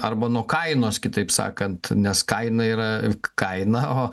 arba nuo kainos kitaip sakant nes kaina yra kaina o